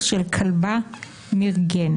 קארין